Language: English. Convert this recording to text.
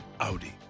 Audi